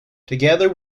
together